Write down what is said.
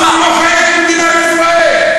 שוועדת הכנסת תחליט.